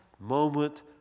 moment